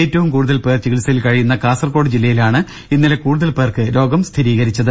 ഏറ്റവും കൂടുതൽ പേർ ചികിത്സയിൽ കഴിയുന്ന കാസർകോട് ജില്ലയിലാണ് ഇന്നലെ കൂടുതൽ പേർക്ക് രോഗം സ്ഥിരീകരിച്ചത്